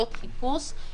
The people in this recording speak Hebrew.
ביכולות חיפוש,